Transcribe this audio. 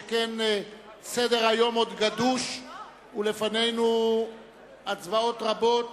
שכן סדר-היום עוד גדוש ולפנינו הצבעות רבות